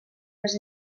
les